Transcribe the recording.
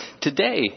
Today